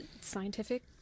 Scientific